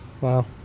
Wow